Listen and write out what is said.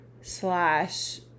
slash